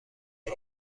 رغم